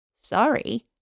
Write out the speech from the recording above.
Sorry